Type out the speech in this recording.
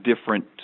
different